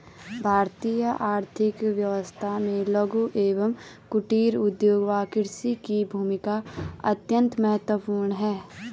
भारतीय आर्थिक व्यवस्था में लघु एवं कुटीर उद्योग व कृषि की भूमिका अत्यंत महत्वपूर्ण है